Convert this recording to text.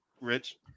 rich